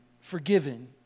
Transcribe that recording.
Forgiven